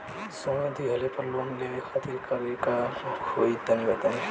सोना दिहले पर लोन लेवे खातिर का करे क होई तनि बताई?